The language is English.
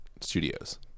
Studios